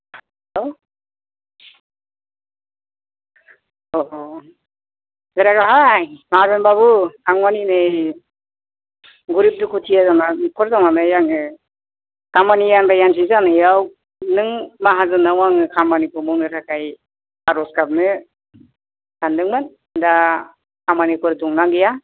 hello अ अ बोरै दंहाय माहाजोन बाबु आं माने नै गोरिब दुखुथिया न'खर जानानै आङो खामानि आनदाय आनसि जानायाव नों माहाजोननाव आङो खामानिखौ मावनो थाखाय आर'ज गाबनो सानदोंमोन दा खामानिफोर दं ना गैया